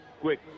quick